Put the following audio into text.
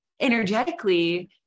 energetically